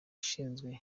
ushinzwe